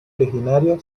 originario